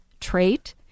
trait